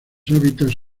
hábitats